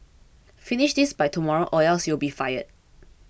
finish this by tomorrow or else you'll be fired